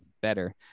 better